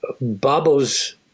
Babo's